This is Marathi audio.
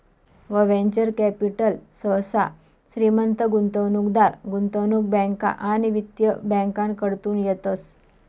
वव्हेंचर कॅपिटल सहसा श्रीमंत गुंतवणूकदार, गुंतवणूक बँका आणि वित्तीय बँकाकडतून येतस